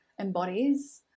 embodies